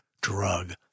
drug